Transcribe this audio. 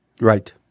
Right